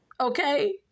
Okay